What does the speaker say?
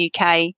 UK